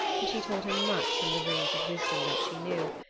and she told him much from the runes of wisdom that she knew,